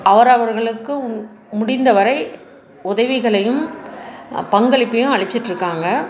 அவரவர்களுக்கு முடிந்தவரை உதவிகளையும் பங்களிப்பையும் அளிச்சிகிட்டுருக்காங்க